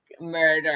murder